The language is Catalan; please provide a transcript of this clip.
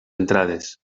entrades